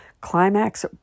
Climax